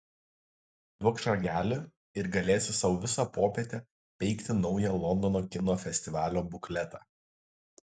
duokš ragelį ir galėsi sau visą popietę peikti naują londono kino festivalio bukletą